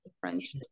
French